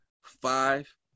five